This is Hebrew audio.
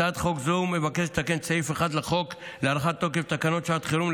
הצעת חוק זו מבקשת לתקן את סעיף 1 לחוק להארכת תוקף תקנות שעת החירום,